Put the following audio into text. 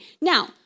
Now